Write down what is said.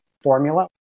formula